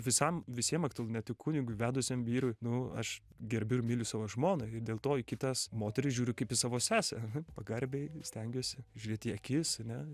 visam visiem aktualu ne tik kunigui vedusiam vyrui nu aš gerbiu ir myliu savo žmoną ir dėl to į kitas moteris žiūriu kaip į savo sesę ar ne pagarbiai stengiuosi žiūrėti į akis ar ne